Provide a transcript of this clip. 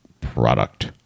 product